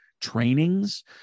trainings